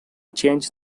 change